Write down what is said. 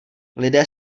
lidé